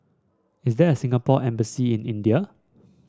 is there a Singapore Embassy in India